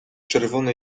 czerwony